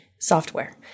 software